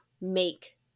make